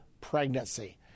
pregnancy